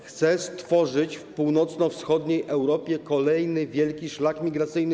Chce stworzyć w północno-wschodniej Europie kolejny wielki szlak migracyjny.